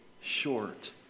short